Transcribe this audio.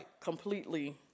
completely